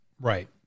right